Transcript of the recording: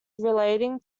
relating